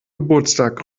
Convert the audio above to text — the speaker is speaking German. geburtstag